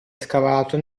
scavato